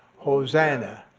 hosanna,